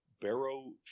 Barrow